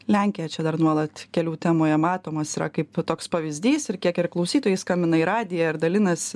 lenkija čia dar nuolat kelių temoje matomas yra kaip toks pavyzdys ir kiek ir klausytojai skambina į radiją ir dalinasi